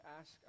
ask